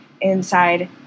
inside